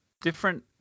different